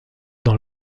dans